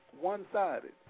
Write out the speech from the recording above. one-sided